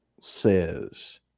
says